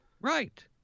Right